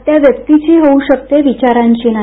हत्या व्यक्तीची होऊ शकते करून विचारांची नाही